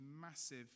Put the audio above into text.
massive